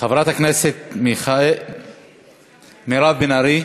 חברת הכנסת מירב בן ארי?